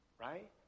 right